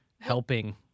helping